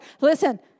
Listen